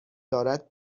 دارد